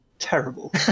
Terrible